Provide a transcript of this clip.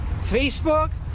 Facebook